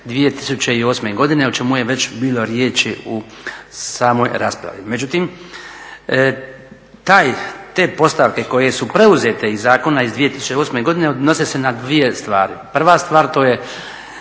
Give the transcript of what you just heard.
2008. godine o čemu je već bilo riječi u samoj raspravi. Međutim, te postavke koje su preuzete iz Zakona iz 2008. godine odnose se na dvije stvari. Prva stvar to je